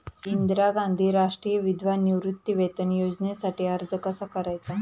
इंदिरा गांधी राष्ट्रीय विधवा निवृत्तीवेतन योजनेसाठी अर्ज कसा करायचा?